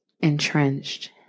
entrenched